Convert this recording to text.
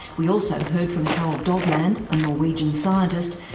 we also heard from harald dovland, a norwegian scientist,